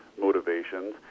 motivations